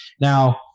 now